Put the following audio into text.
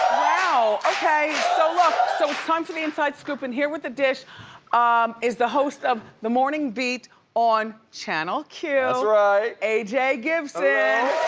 wow. okay, so look, so it's time for the inside scoop and here with the dish um is the host of the morning beat on channel q. that's right. a j. gibson.